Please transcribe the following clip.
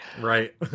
Right